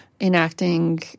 enacting